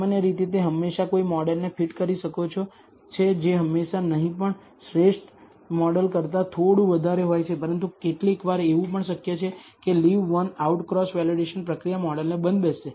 સામાન્ય રીતે તે હંમેશાં કોઈ મોડેલને ફિટ કરી શકે છે જે હંમેશાં નહીં પણ શ્રેષ્ઠ મોડેલ કરતાં થોડું વધારે હોય છે પરંતુ કેટલીકવાર એવું પણ શક્ય છે કે leave one out cross validation પ્રક્રિયા મોડેલને બંધબેસશે